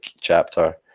chapter